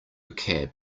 cab